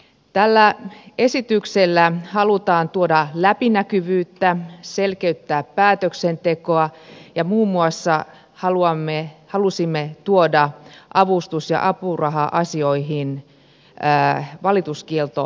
tällä esityksellä halutaan tuoda läpinäkyvyyttä selkeyttää päätöksentekoa ja muun muassa halusimme tuoda avustus ja apuraha asioihin valituskieltomahdollisuuden